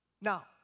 Now